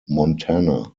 montana